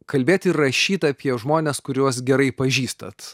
kalbėt ir rašyt apie žmones kuriuos gerai pažįstat